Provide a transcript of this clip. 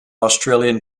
australian